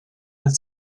with